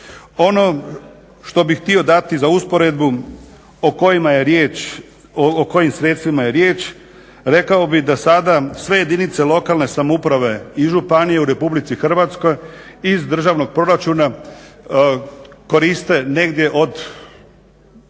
Ono što bi htio dati za usporedbu o kojima je riječ, o kojim sredstvima je riječ. Rekao bi da sada sve jedinice lokalne samouprave i županije u RH iz državnog proračuna koriste negdje od